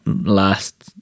last